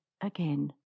again